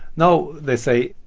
no, they say,